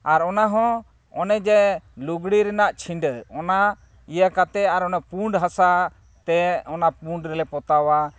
ᱟᱨ ᱚᱱᱟ ᱦᱚᱸ ᱚᱱᱮ ᱡᱮ ᱞᱩᱜᱽᱲᱤᱡ ᱨᱮᱱᱟᱜ ᱪᱷᱤᱰᱟᱹ ᱚᱱᱟ ᱤᱭᱟᱹ ᱠᱟᱛᱮ ᱟᱨ ᱚᱱᱮ ᱯᱩᱸᱰ ᱦᱟᱥᱟ ᱛᱮ ᱚᱱᱟ ᱯᱩᱸᱰ ᱨᱮᱞᱮ ᱯᱚᱛᱟᱣᱟ